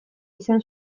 izan